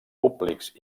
públics